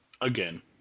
Again